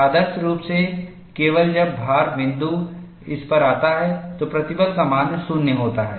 आदर्श रूप से केवल जब भार बिंदु इस पर आता है तो प्रतिबल का मान 0 होता है